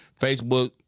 facebook